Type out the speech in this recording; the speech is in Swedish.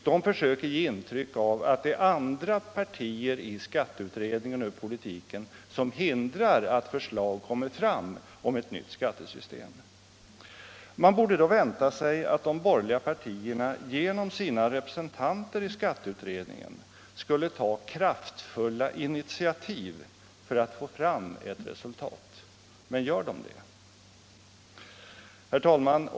De försöker därvid ge ett intryck av att det är andra partier som hindrar att deras förslag om ett nytt skattesystem kommer fram. Man borde då kunna vänta sig att de borgerliga partierna genom sina representanter i skatteutredningen skulle ta kraftfulla initiativ för att få fram ett resultat. Men gör de det? Herr talman!